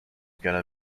gonna